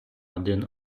один